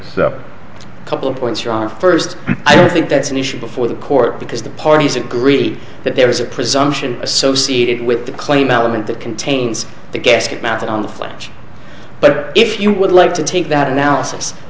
that a couple of points here are first i don't think that's an issue before the court because the parties agree that there is a presumption associated with the claim element that contains the gasket math on the flange but if you would like to take that analysis